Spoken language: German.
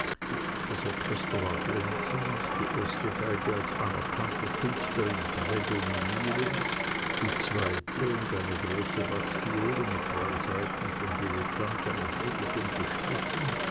das orchester war glänzend die erste geige als anerkannte künstlerin prädominierend die zweite und eine große baßviole mit drei saiten von dilettanten ad libitum gestrichen